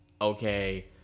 Okay